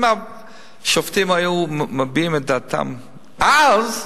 אם השופטים היו מביעים את דעתם אז,